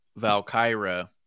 Valkyra